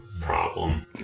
problem